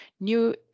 new